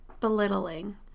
belittling